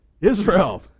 Israel